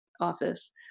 office